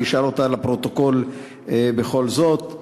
אני אשאל אותה לפרוטוקול בכל זאת: